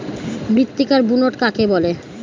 মৃত্তিকার বুনট কাকে বলে?